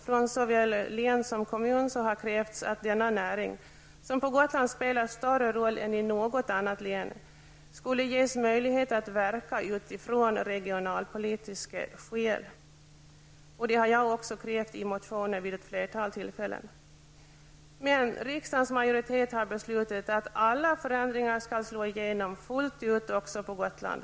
Från såväl län som kommun har krävts att denna näring, som på Gotland spelar större roll än i något annat län, skulle ges möjlighet att verka av regionalpolitiska skäl. Detta har jag också krävt i motioner vid ett flertal tillfällen. Men riksdagens majoritet har beslutat att alla förändringar skall slå igenom fullt ut också på Gotland.